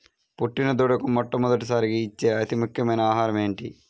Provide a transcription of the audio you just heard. పుట్టిన దూడకు మొట్టమొదటిసారిగా ఇచ్చే అతి ముఖ్యమైన ఆహారము ఏంటి?